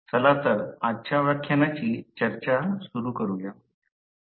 चला तर आजच्या व्याख्यानाची चर्चा सुरू करूया